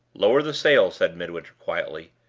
lower the sail, said midwinter, quietly,